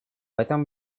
этом